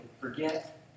forget